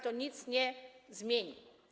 To nic nie zmieni.